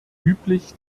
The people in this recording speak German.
üblich